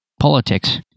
Politics